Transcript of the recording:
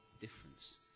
difference